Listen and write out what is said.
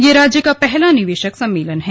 ये राज्य का पहला निवेशक सम्मेलन है